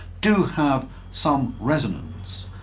do have some resonance,